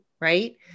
right